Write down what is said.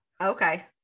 Okay